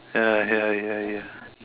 ya lah ya ya